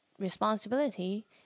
responsibility